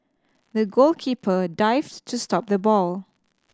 the goalkeeper dived to stop the ball